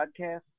Podcast